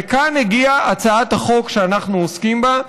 וכאן הגיעה הצעת החוק שאנחנו עוסקים בה.